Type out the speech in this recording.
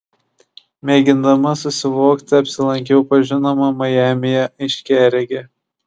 mėgindama susivokti apsilankiau pas žinomą majamyje aiškiaregę